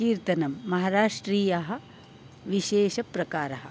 कीर्तनं महाराष्ट्रीयानां विशेषप्रकारः